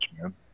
man